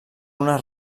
una